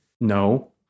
No